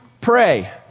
pray